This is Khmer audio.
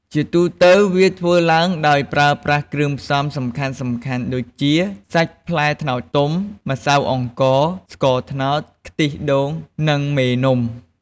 ជាទូទៅវាធ្វើឡើងដោយប្រើប្រាស់គ្រឿងផ្សំសំខាន់ៗដូចជា សាច់ផ្លែត្នោតទុំ ម្សៅអង្ករ ស្ករត្នោត ខ្ទិះដូង និង មេនំ។